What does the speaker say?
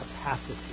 capacity